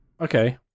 okay